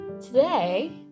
Today